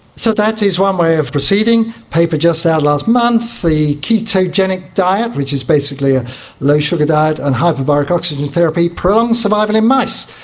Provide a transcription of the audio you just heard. so that is one way of proceeding. a paper just out last month, the ketogenic diet which is basically a low sugar diet and hyperbaric oxygen therapy prolonged survival in mice.